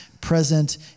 present